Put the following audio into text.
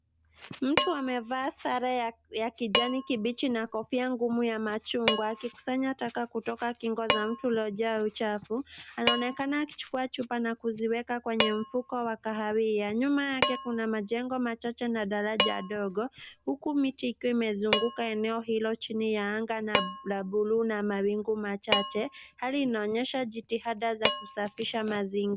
Mtu amevaa sare ya ya kijani kibichi na kofia ngumu ya machungwa akikusanya taka kutoka kingo za mto uliojaa uchafu. Anaonekana akichukua chupa na kuziweka katika mfuko wa kahawia, nyuma yake kuna majengo machocho na daraja ndogo, huku miti ikiwa imezunguka eneo hilo chini ya anga na la [blue] na mawingu machache, hali inaonyesha jitihada za kusafisha mazing